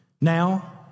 Now